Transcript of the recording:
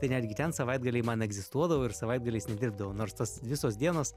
tai netgi ten savaitgaliai man egzistuodavo ir savaitgaliais nedirbdavau nors tos visos dienos